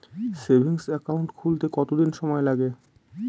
Savings account খুলতে কতদিন সময় লাগে?